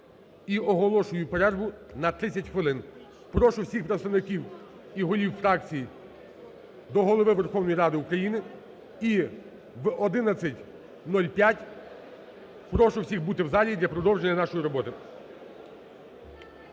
І оголошую перерву на 30 хвилин. Прошу всіх представників і голів фракцій до Голови Верховної Ради України і в 11:05 прошу всіх бути в залі для продовження нашої роботи.